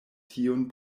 tiun